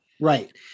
Right